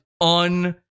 un